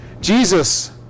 Jesus